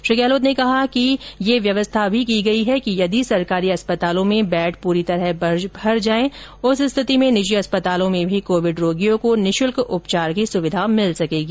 श्री गहलोत ने कहा कि हमने यह व्यवस्था भी की है यदि सरकारी अस्पतालों में बेड पूरी तरह भर जाये उस स्थिति में निजी अस्पतालों में भी कोविड रोगियों को निःशुल्क उपचार की सुविधा मिल सकेगी